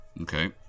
Okay